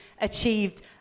achieved